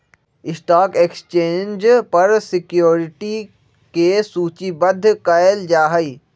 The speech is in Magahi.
स्टॉक एक्सचेंज पर सिक्योरिटीज के सूचीबद्ध कयल जाहइ